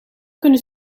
kunnen